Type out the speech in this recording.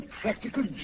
practical